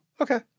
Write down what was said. Okay